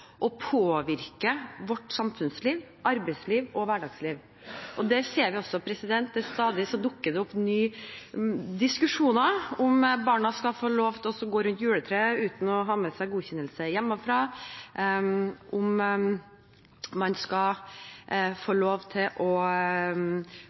vårt samfunnsliv, arbeidsliv og hverdagsliv. Det ser vi også ved at det til stadighet dukker opp nye diskusjoner om barna skal få lov til å gå rundt juletreet uten å ha med seg godkjennelse hjemmefra, om man skal få